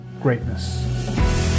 greatness